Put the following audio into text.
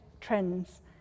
trends